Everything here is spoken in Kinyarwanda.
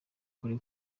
kure